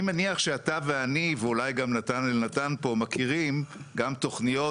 אני מניח שאתה ואני ואולי גם נתן אלנתן פה מכירים גם תוכניות